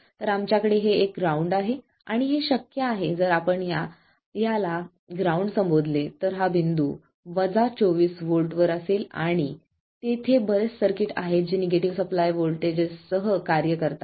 तर आमच्याकडे हे एक ग्राउंड आहे आणि हे शक्य आहे जर याला आपण ग्राउंड असे संबोधले तर हा बिंदू 24 व्होल्ट वर असेल आणि तेथे बरेच सर्किट आहेत जे निगेटिव्ह सप्लाय व्होल्टेजेस सह कार्य करतात